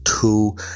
two